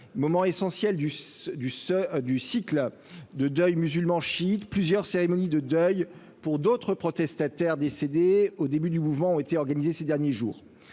ceux du ceux du cycle de deuil musulman chiite plusieurs cérémonies de deuil pour d'autres protestataires, décédé au début du mouvement, ont été organisées ces derniers jours